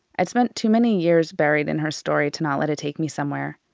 i'd spent too many years buried in her story to not let it take me somewhere.